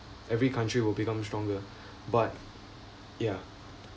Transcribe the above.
every country will become stronger but ya